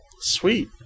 Sweet